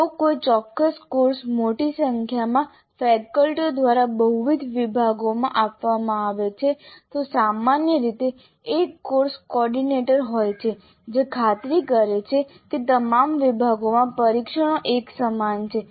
જો કોઈ ચોક્કસ કોર્સ મોટી સંખ્યામાં ફેકલ્ટીઓ દ્વારા બહુવિધ વિભાગોમાં આપવામાં આવે છે તો સામાન્ય રીતે એક કોર્સ કોઓર્ડિનેટર હોય છે જે ખાતરી કરે છે કે તમામ વિભાગોમાં પરીક્ષણો એકસમાન છે